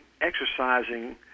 exercising